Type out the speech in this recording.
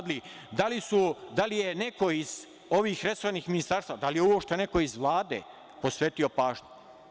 Da li je neko iz ovih resornih ministarstava, da li je neko iz Vlade, posvetio pažnju?